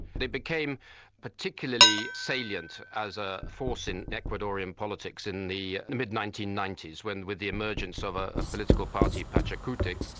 they became particularly salient as a force in ecuadorian politics in the the mid nineteen ninety s with and with the emergence of ah a political party, pachakutik.